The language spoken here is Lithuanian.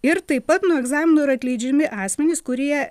ir taip pat nuo egzaminų yra atleidžiami asmenys kurie